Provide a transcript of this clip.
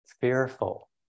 fearful